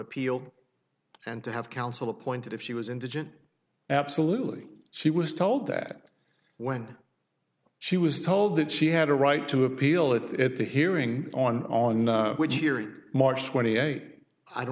appeal and to have counsel appointed if she was indigent absolutely she was told that when she was told that she had a right to appeal it at the hearing on on what year march twenty eight i don't